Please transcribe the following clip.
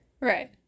Right